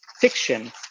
fiction